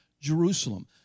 Jerusalem